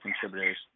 contributors